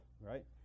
right